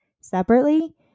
separately